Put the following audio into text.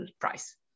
price